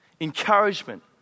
encouragement